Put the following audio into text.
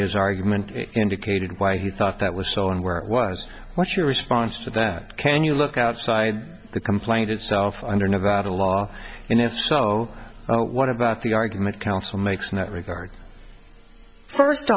his argument indicated why he thought that was so and where it was what's your response to that can you look outside the complaint itself under nevada law and if so what about the argument counsel makes no regard for st